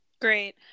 Great